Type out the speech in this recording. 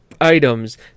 items